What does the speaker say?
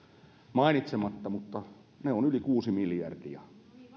mainitsematta mutta ne ovat yli kuusi miljardia